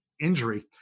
injury